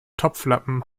topflappen